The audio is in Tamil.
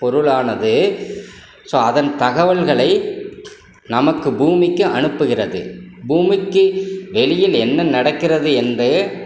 பொருளானது ஸோ அதன் தகவல்களை நமக்கு பூமிக்கு அனுப்புகிறது பூமிக்கு வெளியில் என்ன நடக்கிறது என்று